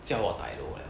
叫我 dai lou liao